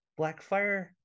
Blackfire